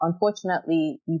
unfortunately